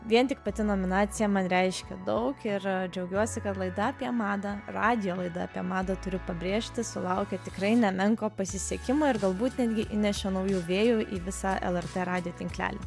vien tik pati nominacija man reiškia daug ir džiaugiuosi kad laida apie madą radijo laida apie madą turiu pabrėžti sulaukė tikrai nemenko pasisekimo ir galbūt netgi įnešė naujų vėjų į visą lrt radijo tinklelį